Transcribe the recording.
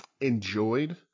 enjoyed